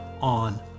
on